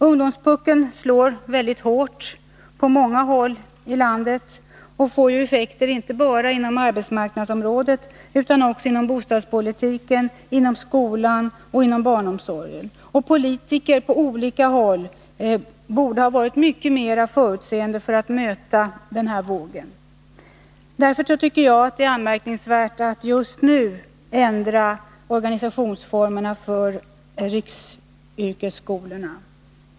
Ungdomspuckeln slår mycket hårt på många håll i landet, och det får effekter inte bara inom arbetsmarknadsområdet utan också när det gäller bostadspolitiken, inom skolan och inom barnomsorgen. Politiker på olika håll borde ha varit mycket mer förutseende när det gällt att möta denna våg. Därför tycker jag att det är anmärkningsvärt att man just nu ändrar organisationsformerna för riksyrkesskolorna.